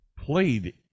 played